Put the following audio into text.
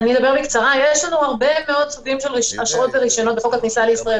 יש לנו הרבה מאוד סוגים של אשרות ורישיונות בחוק הכניסה לישראל,